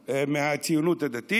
מהציונות הדתית.